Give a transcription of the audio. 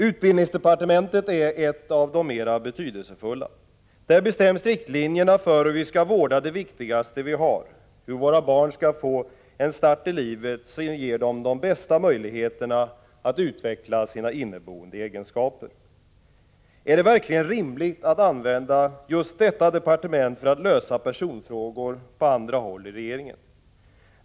Utbildningsdepartementet är ett av de mera betydelsefulla. Där bestäms riktlinjerna för hur vi skall vårda det viktigaste vi har — hur våra barn skall få en start i livet som ger dem de bästa möjligheterna att utveckla sina inneboende egenskaper. Är det verkligen rimligt att använda just detta departement för att lösa personfrågor på andra håll i regeringen?